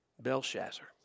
Belshazzar